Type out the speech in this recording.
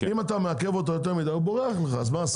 אם אתה מעכב אותו יותר מדי הוא בורח אז מה עשית?